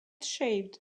shaved